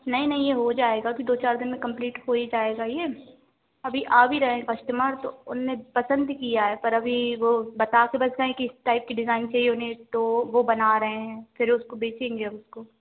नहीं नहीं यह हो जाएगा अभी दो चार दिन में कम्पलीट हो ही जाएगा यह अभी आ भी रहे हैं कस्टमर तो उन्होंने पसंद किया है पर अभी वे बताकर बस गए हैं कि इस टाइप की डिजाईन चाहिए उन्हें तो वह बना रहे हैं फिर उसको बेचेंगे उसको